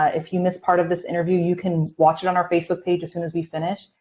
ah if you missed part of this interview, you can watch it on our facebook page as soon as we finish,